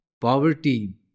poverty